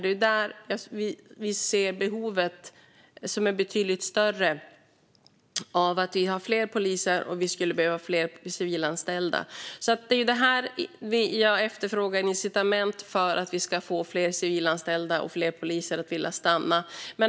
Det är där vi ser behov av betydligt fler poliser, och vi skulle behöva fler civilanställda. Jag efterfrågar incitament så att fler civilanställda och fler poliser vill stanna.